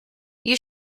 you